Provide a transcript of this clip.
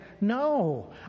no